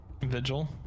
vigil